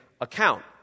account